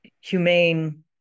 humane